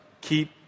keep